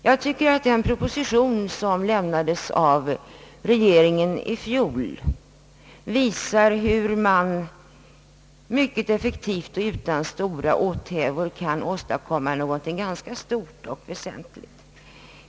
Jag tycker att den proposition som regeringen lämnade i fjol bevisar att man mycket effektivt och utan stora åthävor kan åstadkomma någonting ganska väsentligt.